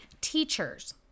teachers